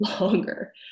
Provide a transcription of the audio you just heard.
longer